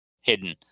hidden